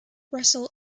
russell